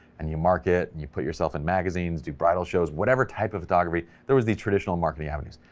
and you mark it and you put yourself in magazines. do bridal shows, whatever type of photography, there was the traditional marketing avenues,